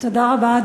תודה רבה.